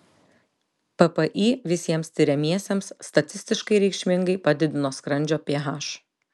ppi visiems tiriamiesiems statistiškai reikšmingai padidino skrandžio ph